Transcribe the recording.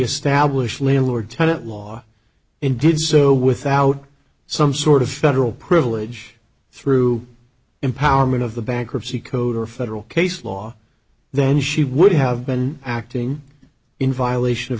established landlord tenant law in did so without some sort of federal privilege through empowerment of the bankruptcy code or federal case law then she would have been acting in violation of